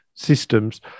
systems